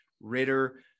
Ritter